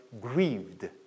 grieved